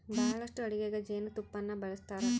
ಬಹಳಷ್ಟು ಅಡಿಗೆಗ ಜೇನುತುಪ್ಪನ್ನ ಬಳಸ್ತಾರ